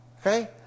Okay